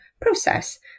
process